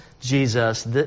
Jesus